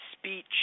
speech